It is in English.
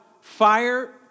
fire